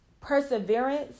perseverance